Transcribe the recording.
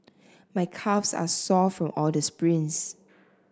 my calves are sore from all the sprints